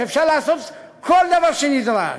שאפשר לעשות כל דבר שנדרש.